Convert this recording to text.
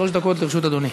שלוש דקות לרשות אדוני.